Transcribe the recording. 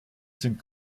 sind